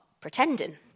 pretending